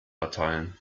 erteilen